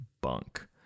bunk